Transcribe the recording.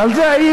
ועל זה האי-אמון.